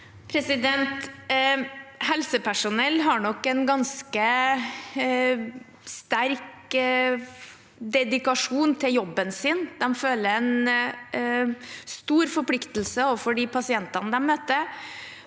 Helsepersonell har nok en ganske sterk dedikasjon til jobben sin. De føler en sterk forpliktelse overfor de pasientene de møter,